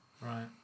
Right